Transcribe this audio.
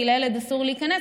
כי לילד אסור להיכנס,